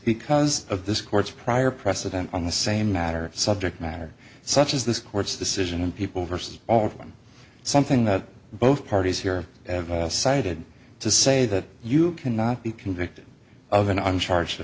because of this court's prior precedent on the same matter subject matter such as this court's decision in people vs all of them something that both parties here cited to say that you cannot be convicted of an on charge the